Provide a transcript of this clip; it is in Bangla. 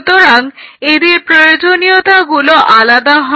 সুতরাং এদের প্রয়োজনীয়তাগুলো আলাদা হয়